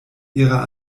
ihrer